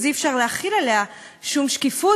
אז אי-אפשר להחיל עליה שום שקיפות,